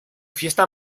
fiesta